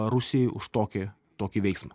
rusijai už tokį tokį veiksmą